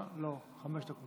לא, חמש דקות.